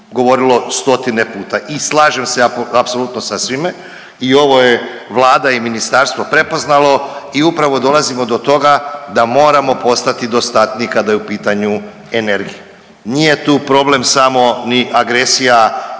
govorilo stotine puta i slažem se apsolutno sa svime. I ovo je vlada i ministarstvo prepoznalo i upravo dolazimo do toga da moramo postati dostatni kada je u pitanju energija, nije tu problem samo ni agresija